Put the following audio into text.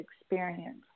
experience